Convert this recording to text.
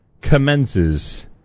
commences